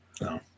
No